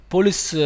Police